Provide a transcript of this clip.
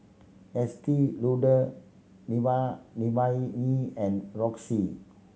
Estee Lauder E and Roxy